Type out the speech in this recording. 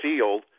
field